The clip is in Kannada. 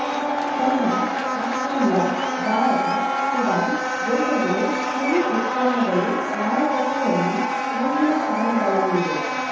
ಚೈನಾ ಆಸ್ಟ್ರೇಲಿಯಾ ಭಾರತ ಸುಡಾನ್ ದೇಶಗಳು ಕುರಿ ಉತ್ಪನ್ನಗಳು ಮಾರುಕಟ್ಟೆಯಲ್ಲಿ ಮುಂದಿನ ಸ್ಥಾನಗಳಲ್ಲಿವೆ